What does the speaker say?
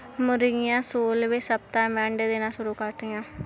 मुर्गियां सोलहवें सप्ताह से अंडे देना शुरू करती है